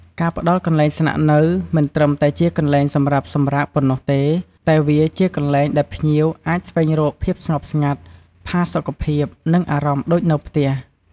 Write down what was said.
ការផ្តល់កន្លែងស្នាក់នៅ មិនត្រឹមតែជាកន្លែងសម្រាប់សម្រាកប៉ុណ្ណោះទេ តែវាជាកន្លែងដែលភ្ញៀវអាចស្វែងរកភាពស្ងប់ស្ងាត់ ផាសុកភាព និងអារម្មណ៍ដូចនៅផ្ទះ។